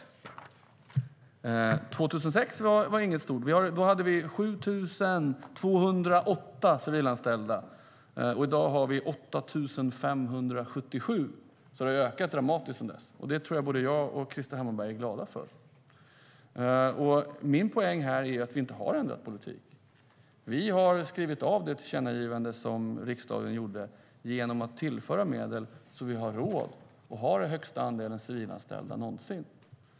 År 2006 hade vi 7 208 civilanställda, och i dag har vi 8 577. Antalet har alltså ökat dramatiskt, och det tror jag att både Krister Hammarbergh och jag är glada för. Min poäng är att vi inte har ändrat politik. Vi har skrivit av det tillkännagivande som riksdagen gjorde genom att tillföra medel så att vi har råd att ha den högsta andelen civilanställda någonsin.